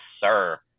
sir